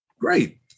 Great